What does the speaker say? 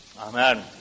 Amen